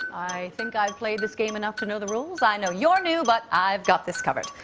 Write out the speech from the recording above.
i think i've played this game enough to know the rules. i know you're new, but i've got this covered.